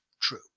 true